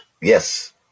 Yes